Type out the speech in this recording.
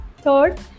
third